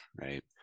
right